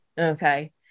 Okay